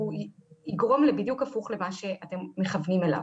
הוא יגרום בדיוק הפוך ממה שאתם מכוונים אליו.